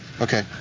Okay